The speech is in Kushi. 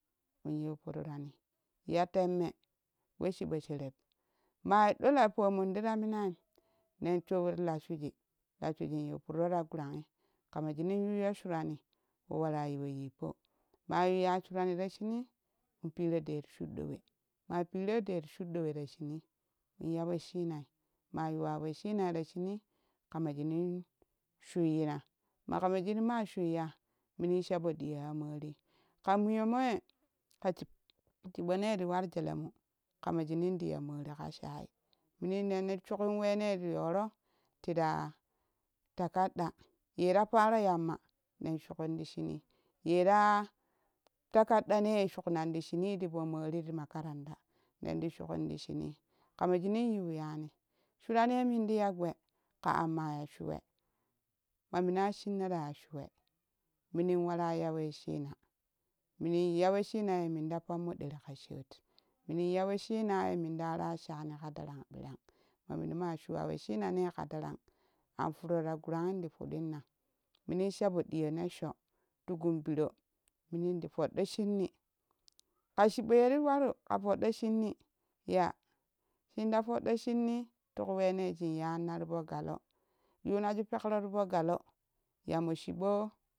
Inyu turrani ya temme we chiɓo sheeri mai ɗo lapo mum tira minaim nen shuki tila shuji hashujii yo turro ta guran kama shunun yuyo surani we wara ya she yippo ma yuyya surani ta shunii in piro ɗet shudɗowe ma piro det shuddo we ta shunii ƙama shunin shuiyina makama shu ma shuiya mina sha poɗiyo ya moori kau muyonmoye ka chi monei ti war jelemu ƙama shun tiya mori ƙa shai munin nenti shuki wene ti yoro tira ta kadɗa yera paro yamma nen shukin ti shuni yera'a takkaɗɗanen shuknan ti shuri tipo mori makaranda nenti shukin ti shunii kama yiu yani shuranye muntiya gbee ƙa amma ya shuwe ma mina shinno ta za shuwe minin wara za we shiina mini za weshii na ye min ta pammoderi ka shat mini ya we shina ye mintara shani ka darang birang ma minma shuwa weshina ne ka darang anfierrota gurantin ti furrinna minin shapo diyo nessho ti gun biro minin ti podɗo shunni ka chibo yere wa ru ka podɗo shinyi ya shinta pod do shinyi tiku wene shin yanna tipo galo yunaju pekro tipo gulo yamo chibo